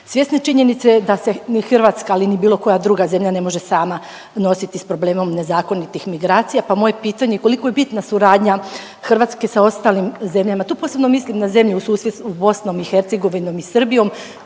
Svjesni činjenice da se ni Hrvatska, ali ni bilo koja druga zemlja ne može sama nositi sa problemom nezakonitih migracija, pa moje pitanje, koliko je bitna suradnja Hrvatske sa ostalim zemljama, tu posebno mislim na zemlje u susjedstvu, s BiH i Srbijom,